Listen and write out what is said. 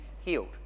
healed